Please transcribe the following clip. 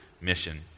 mission